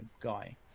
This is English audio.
guy